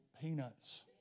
peanuts